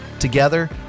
Together